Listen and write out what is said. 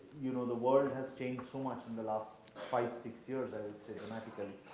you know, the world has changed so much in the last five, six years i would say dramatically.